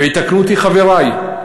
ויתקנו אותי חברי,